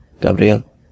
Gabriel